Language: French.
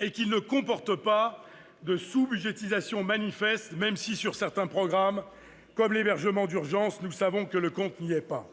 et il ne comporte pas de sous-budgétisations manifestes, même si, sur certains programmes, comme l'hébergement d'urgence, nous savons que le compte n'y est pas.